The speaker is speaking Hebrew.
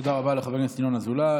תודה רבה לחבר הכנסת ינון אזולאי.